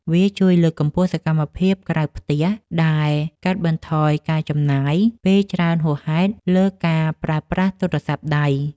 វាជួយលើកកម្ពស់សកម្មភាពក្រៅផ្ទះ ដែលកាត់បន្ថយការចំណាយពេលច្រើនហួសហេតុលើការប្រើប្រាស់ទូរស័ព្ទដៃ។